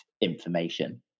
information